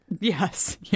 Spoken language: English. Yes